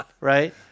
Right